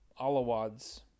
Alawads